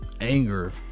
anger